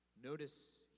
Notice